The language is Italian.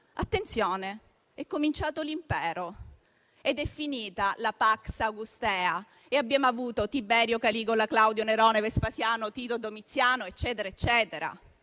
Augusto è cominciato l'impero. È finita la *pax augustea* e abbiamo avuto Tiberio, Caligola, Claudio, Nerone, Vespasiano, Tito, Domiziano, eccetera. Questa